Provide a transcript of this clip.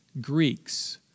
Greeks